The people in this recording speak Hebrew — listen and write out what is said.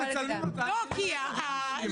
כל מנהלות הוועדות יושבות כאן.